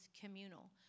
communal